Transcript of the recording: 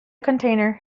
container